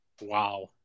Wow